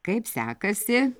kaip sekasi